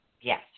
Yes